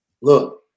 Look